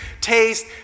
taste